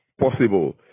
possible